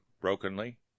brokenly